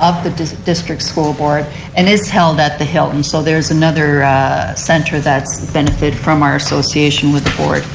of the district district school board and it is held at the hilton. so there is another center that benefited from our association with the board.